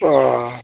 अ